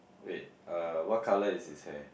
wait uh what colour is his hair